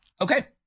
Okay